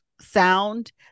Sound